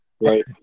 Right